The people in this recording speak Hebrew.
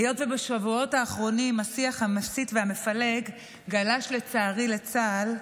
היות שבשבועות האחרונים השיח המסית והמפלג גלש לצערי לצה"ל,